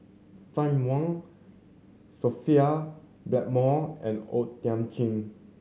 Fann Wong Sophia Blackmore and O Thiam Chin